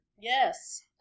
Yes